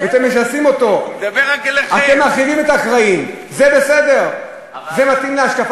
אתה מוכן, לכן אתה גם יכול להיות, אין לך בעיה.